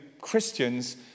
Christians